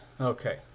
okay